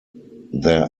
their